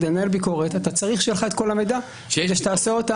אתה צריך שיהיה לך את כל המידע כדי לנהל ביקורת.